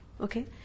Okay